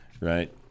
right